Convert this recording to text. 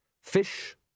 Fish